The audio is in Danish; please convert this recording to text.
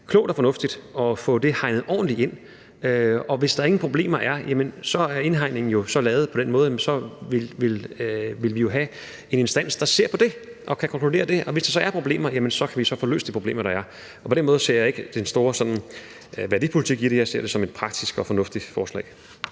klogt og fornuftigt at få det hegnet ordentligt ind, og hvis der ingen problemer er, så er indhegningen jo lavet på den måde, at vi vil have en instans, der ser på det og kan konkludere det, og hvis der er problemer, kan vi så få løst de problemer, der er, og på den måde ser jeg ikke, at der sådan er den store værdipolitik i det. Jeg ser det som et praktisk og fornuftigt forslag.